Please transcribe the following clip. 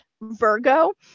Virgo